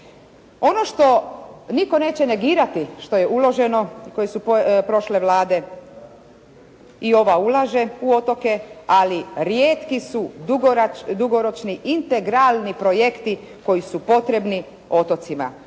Ono što nitko neće negirati što je uloženo i koje su prošle Vlade i ova ulaže u otoke, ali rijetki su dugoročni integralni projekti koji su potrebni otocima,